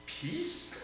peace